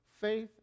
Faith